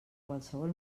qualsevol